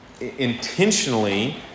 intentionally